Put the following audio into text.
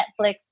Netflix